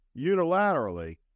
unilaterally